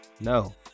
no